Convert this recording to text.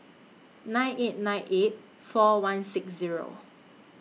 nine eight nine eight four one six Zero